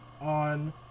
on